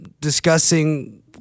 discussing